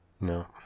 No